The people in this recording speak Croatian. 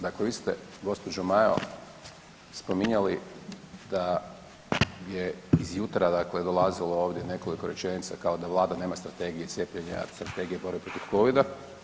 Dakle, vi ste gospođo Majo spominjali da je iz jutra, dakle dolazilo ovdje nekoliko rečenica kao da Vlada nema strategije cijepljenja, strategije borbe protiv covida.